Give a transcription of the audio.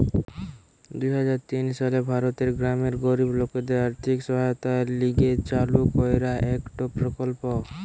দুই হাজার তিন সালে ভারতের গ্রামের গরিব লোকদের আর্থিক সহায়তার লিগে চালু কইরা একটো প্রকল্প